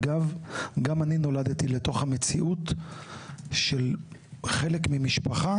אגב גם אני נולדתי לתוך המציאות שחלק ממשפחה